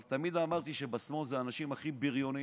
אבל תמיד אמרתי שבשמאל זה האנשים הכי בריונים,